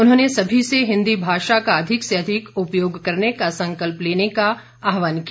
उन्होंने सभी से हिन्दी भाषा का अधिक से अधिक उपयोग करने का संकल्प लेने का आह्वान किया